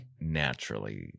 Naturally